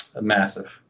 Massive